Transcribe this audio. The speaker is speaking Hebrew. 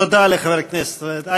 תודה לחבר הכנסת